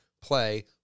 play